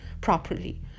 properly